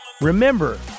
remember